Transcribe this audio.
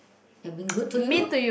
have been good to you